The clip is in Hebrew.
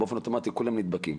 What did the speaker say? באופן אוטומטי כולם נדבקים.